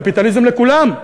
קפיטליזם לכולם.